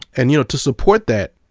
and you know, to support that,